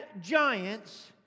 giants